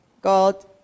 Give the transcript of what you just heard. God